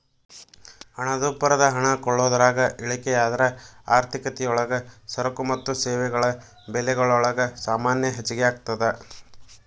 ಹಣದುಬ್ಬರದ ಹಣ ಕೊಳ್ಳೋದ್ರಾಗ ಇಳಿಕೆಯಾದ್ರ ಆರ್ಥಿಕತಿಯೊಳಗ ಸರಕು ಮತ್ತ ಸೇವೆಗಳ ಬೆಲೆಗಲೊಳಗ ಸಾಮಾನ್ಯ ಹೆಚ್ಗಿಯಾಗ್ತದ